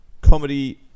comedy